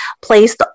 placed